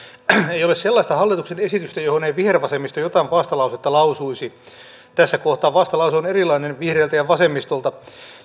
ei ole sellaista hallituksen esitystä johon ei vihervasemmisto jotain vastalausetta lausuisi tässä kohtaa vastalause on erilainen vihreiltä ja vasemmistolta